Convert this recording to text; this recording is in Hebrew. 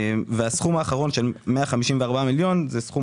והסכום האחרון של 154 מיליון הוא סכום